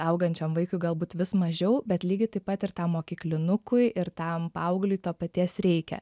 augančiam vaikui galbūt vis mažiau bet lygiai taip pat ir tam mokyklinukui ir tam paaugliui to paties reikia